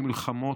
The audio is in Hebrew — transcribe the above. ממלחמות,